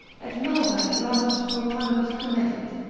et malvae, ramos pro panibus comedit,